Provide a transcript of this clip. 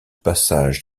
passage